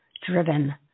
driven